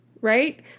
right